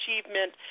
achievement